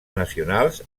nacionals